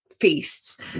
feasts